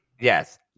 Yes